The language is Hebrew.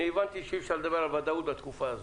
אני הבנתי שאי-אפשר לדבר על ודאות בתקופה הזו.